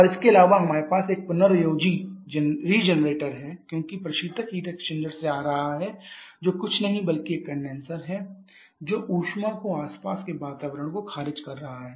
और इसके अलावा हमारे पास एक पुनर्योजी है क्योंकि प्रशीतक हीट एक्सचेंजर से आ रहा है जो कुछ नहीं बल्कि एक कंडेनसर है जो ऊष्मा को आसपास के वातावरण को खारिज कर रहा है